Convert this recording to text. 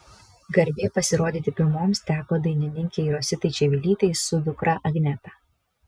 garbė pasirodyti pirmoms teko dainininkei rositai čivilytei su dukra agneta